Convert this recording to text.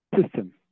system